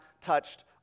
touched